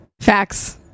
facts